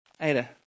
Ada